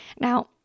Now